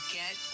get